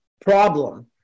problem